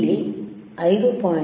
ಇಲ್ಲಿ 5